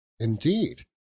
indeed